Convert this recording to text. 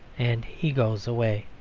and he goes away.